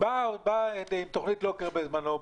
עם תוכנית לוקר בזמנו.